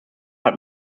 hat